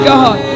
God